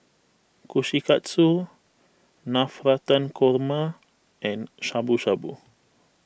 Kushikatsu Navratan Korma and Shabu Shabu